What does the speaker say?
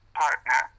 partner